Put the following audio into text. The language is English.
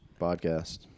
podcast